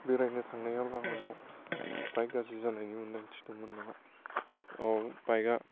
बेरायनो थांनायाव लामायाव बाइक गाज्रि जानायनि मोनदांथि दंमोन नामा औ बाइक आ